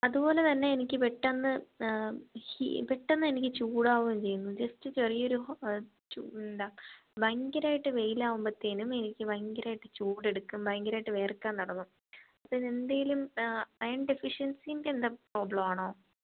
അതുപോലെ തന്നെ എനിക്ക് പെട്ടന്ന് പെട്ടന്നെനിക്ക് ചൂടാവേം ചെയ്യുന്നു ജസ്റ്റ് ചെറിയൊരു ചു എന്താ ഭയങ്കരമായിട്ട് വെയിലാവുമ്പോഴ്ത്തേനും എനിക്ക് ഭയങ്കരമായിട്ട് ചൂടെടുക്കും ഭയങ്കരമായിട്ട് വിയർക്കാൻ തുടങ്ങും അപ്പോൾ ഇതെന്തേലും അയേൺ ഡെഫിഷ്യൻസിൻ്റെ പ്രോബ്ളമാണോ